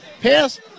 pass